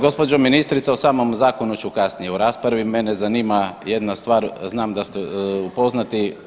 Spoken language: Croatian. Gospođe ministrice o samom zakonu ću kasnije u raspravi, mene zanima jedna stvar, znam da ste upoznati.